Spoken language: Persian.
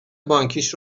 بانکیش